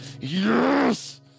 yes